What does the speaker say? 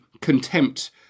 contempt